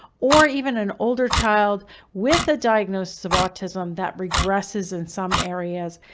or even an older child with a diagnosis of autism that regresses in some areas,